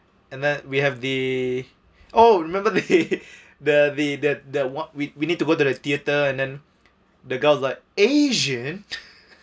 and then we have the oh remember the the the the that that what we we need to go to the theater and then the guys was like asian